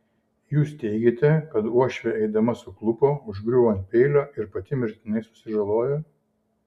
jūs teigiate kad uošvė eidama suklupo užgriuvo ant peilio ir pati mirtinai susižalojo